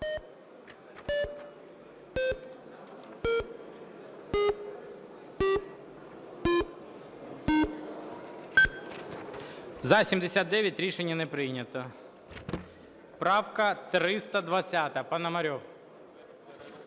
За-79 Рішення не прийнято. Правка 320, Пономарьов.